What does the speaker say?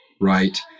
right